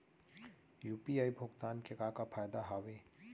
UPI भुगतान के का का फायदा हावे?